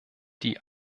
die